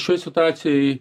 šioj situacijoj